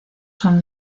son